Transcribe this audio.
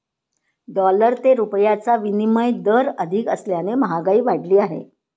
dollar ते रुपयाचा विनिमय दर अधिक असल्याने महागाई वाढली आहे